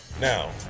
now